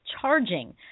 charging